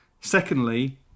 Secondly